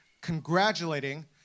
congratulating